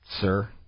Sir